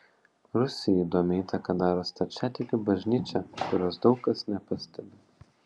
rusijai įdomią įtaką daro stačiatikių bažnyčia kurios daug kas nepastebi